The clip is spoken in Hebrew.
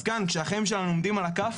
כאן, כשהחיים שלנו עומדים על הכף,